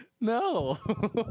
No